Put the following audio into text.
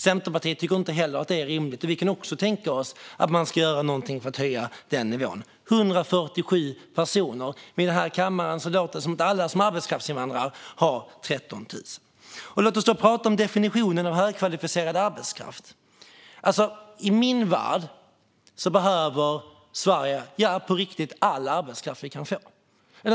Centerpartiet tycker inte heller att detta är rimligt, och vi kan tänka oss att något görs för att höja den nivån. Det var 147 personer, men här i kammaren låter det som att alla som arbetskraftsinvandrar har 13 000 kronor. Låt oss prata om definitionen av högkvalificerad arbetskraft. I min värld behöver vi all arbetskraft vi kan få i Sverige.